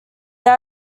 they